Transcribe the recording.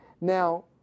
Now